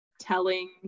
telling